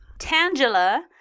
Tangela